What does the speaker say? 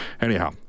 Anyhow